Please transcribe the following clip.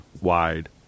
wide